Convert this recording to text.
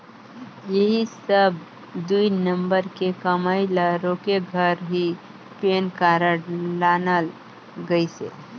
ऐही सब दुई नंबर के कमई ल रोके घर ही पेन कारड लानल गइसे